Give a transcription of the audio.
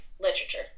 literature